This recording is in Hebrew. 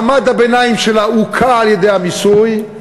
מעמד הביניים שלה הוכה על-ידי המיסוי,